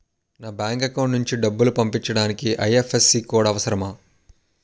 నా bank account నుంచి డబ్బు పంపించడానికి ఐ.ఎఫ్.ఎస్.సి కోడ్ అవసరమా?